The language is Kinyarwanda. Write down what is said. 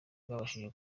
rwabashije